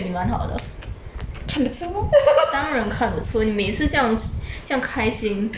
当然看得出你每次这样这样开心